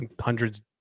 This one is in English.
hundreds